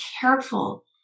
careful